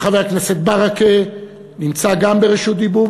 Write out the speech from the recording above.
וחבר הכנסת ברכה נמצא גם ברשות דיבור,